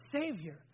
Savior